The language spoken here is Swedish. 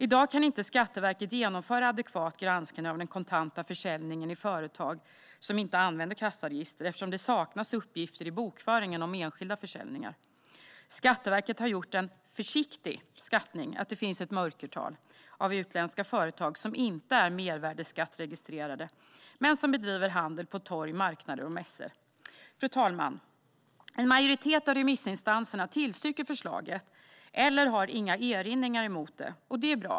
I dag kan inte Skatteverket genomföra adekvat granskning av den kontanta försäljningen i företag som inte använder kassaregister, eftersom det saknas uppgifter i bokföringen om enskilda försäljningar. Skatteverket har gjort den "försiktiga" skattningen att det finns ett mörkertal av utländska företag som inte är mervärdesskatteregistrerade men som bedriver handel på torg, marknader och mässor. Fru talman! En majoritet av remissinstanserna tillstyrker förslaget eller har inga erinringar emot det, och det är bra.